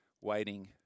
waiting